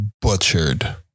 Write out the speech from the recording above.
butchered